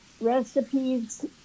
recipes